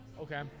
Okay